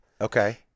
okay